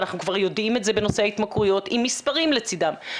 ואנחנו כבר יודעים את זה בנושא ההתמכרויות עם מספרים לצדם,